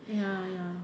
ya ya